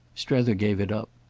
strether gave it up.